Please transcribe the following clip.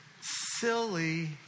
Silly